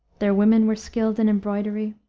their women were skilled in embroidery,